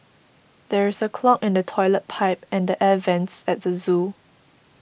there is a clog in the Toilet Pipe and the Air Vents at the zoo